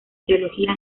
teología